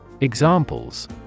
Examples